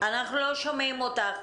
אנחנו לא שומעים אותך.